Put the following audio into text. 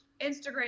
Instagram